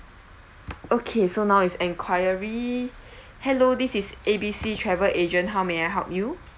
okay so now is enquiry hello this is A B C travel agent how may I help you